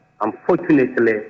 unfortunately